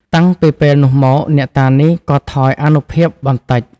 តាំងពីពេលនោះមក អ្នកតានេះក៏ថយអានុភាពបន្តិច ។